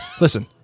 Listen